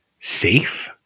safe